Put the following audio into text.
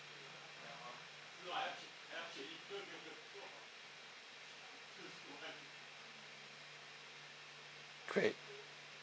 great